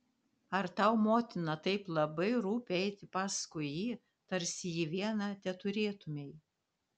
ar tau motina taip labai rūpi eiti paskui jį tarsi jį vieną teturėtumei